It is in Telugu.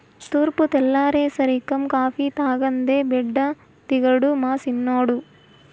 తూర్పు తెల్లారేసరికం కాఫీ తాగందే బెడ్డు దిగడు మా సిన్నోడు